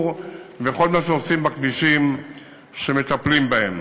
וכל מה שעושים בכבישים שמטפלים בהם.